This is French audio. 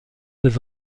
des